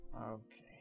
Okay